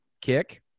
kick